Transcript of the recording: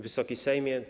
Wysoki Sejmie!